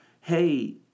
hey